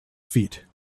feet